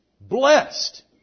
blessed